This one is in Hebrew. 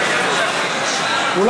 גם אתה לא היית בחרות.